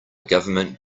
government